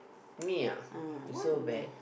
me ah you so bad